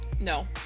No